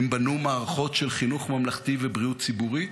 הן בנו מערכות של חינוך ממלכתי ובריאות ציבורית,